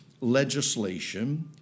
legislation